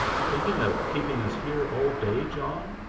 thinking of keeping us here all day, john?